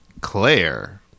Claire